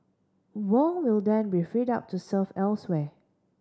Wong will then be freed up to serve elsewhere